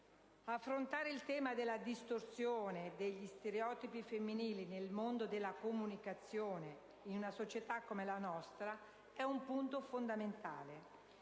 Affrontare il tema della distorsione degli stereotipi femminili nel mondo della comunicazione, in una società come la nostra, è un punto fondamentale.